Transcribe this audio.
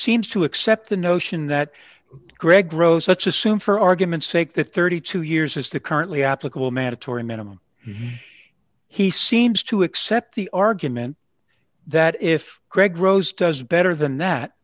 exceeds to accept the notion that greg roe such assume for argument's sake the thirty two years is the currently applicable mandatory minimum he seems to accept the argument that if greg rose does better than that